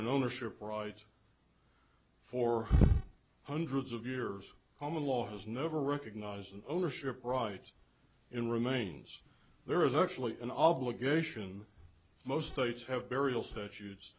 an ownership right for hundreds of years common law has never recognize an ownership rights in remains there is actually an obligation most states have burial statues